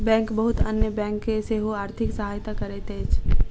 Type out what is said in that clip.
bank बहुत अन्य bank के सेहो आर्थिक सहायता करैत अछि